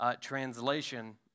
translation